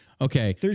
okay